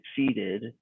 succeeded